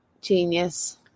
genius